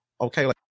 okay